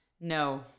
No